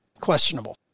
questionable